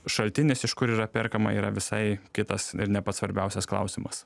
šaltinis iš kur yra perkama yra visai kitas ir ne pats svarbiausias klausimas